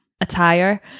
attire